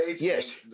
Yes